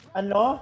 ano